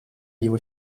его